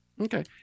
Okay